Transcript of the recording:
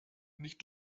nicht